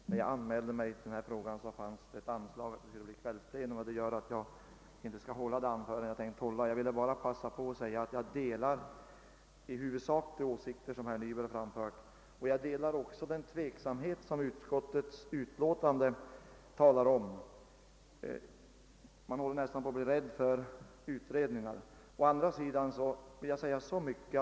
Herr talman! Då jag begärde ordet i denna fråga var anslag uppsatt om att det skulle bli kvällsplenum; nu skall jag inte hålla det anförande jag hade tänkt. Jag delar i huvudsak de åsikter som herr Nyberg här fört fram, men jag delar också den tveksamhet som utskottsutlåtandet vittnar om. Från utskottets sida tycks man emellertid nästan vara litet rädd för utredningar.